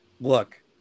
Look